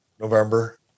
November